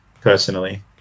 personally